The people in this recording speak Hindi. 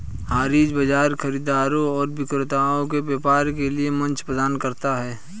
हाज़िर बाजार खरीदारों और विक्रेताओं को व्यापार के लिए मंच प्रदान करता है